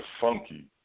funky